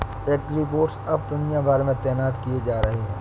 agribots अब दुनिया भर में तैनात किए जा रहे हैं